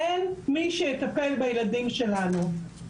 אין מי שיטפל בילדים שלנו.